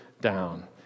down